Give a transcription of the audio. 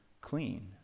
clean